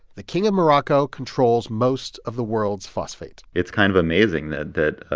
the king of morocco controls most of the world's phosphate it's kind of amazing that that